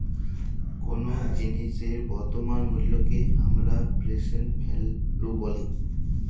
কোলো জিলিসের বর্তমান মুল্লকে হামরা প্রেসেন্ট ভ্যালু ব্যলি